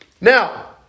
Now